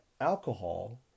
Alcohol